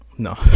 No